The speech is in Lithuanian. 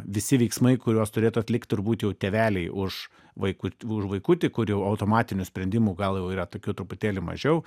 visi veiksmai kuriuos turėtų atlikt ir būt jau tėveliai už vaikut už vaikutį kur jau automatinių sprendimų gal yra tokių truputėlį mažiau